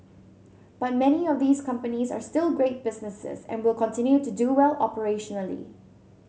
but many of these companies are still great businesses and will continue to do well operationally